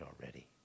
already